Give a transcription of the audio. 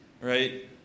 Right